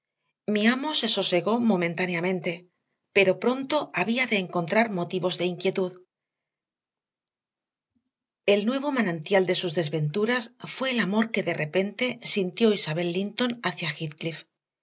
amo se sosegó momentáneamente pero pronto había de encontrar motivos de inquietud el nuevo manantial de sus desventuras fue el amor que de repente sintió isabel linton hacia